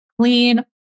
clean